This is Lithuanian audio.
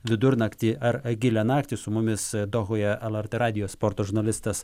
vidurnaktį ar gilią naktį su mumis dohoje lrt radijo sporto žurnalistas